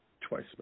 twice